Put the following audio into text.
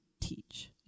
teach